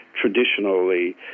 traditionally